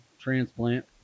transplant